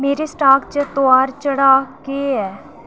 मेरे स्टाक च तोआर चढ़ाऽ केह् ऐ